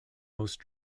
most